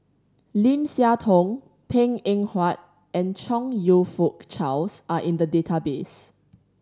Lim Siah Tong Png Eng Huat and Chong You Fook Charles are in the database